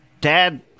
Dad